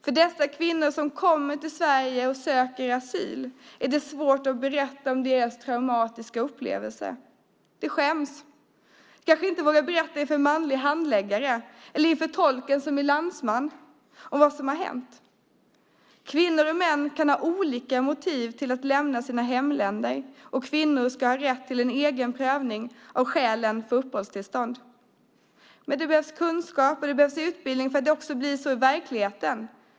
För dessa kvinnor som kommer till Sverige och söker asyl är det svårt att berätta om sina traumatiska upplevelser. De skäms och vågar kanske inte berätta inför en manlig handläggare eller inför tolken som är landsman vad som har hänt. Kvinnor och män kan ha olika motiv till att lämna sina hemländer, och kvinnor ska ha rätt till en egen prövning av skälen för uppehållstillstånd. Men det behövs kunskap och utbildning för att det ska bli så också i verkligheten.